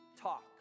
talk